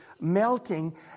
melting